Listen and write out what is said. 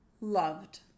loved